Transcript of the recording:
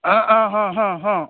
आं हां हां हां हां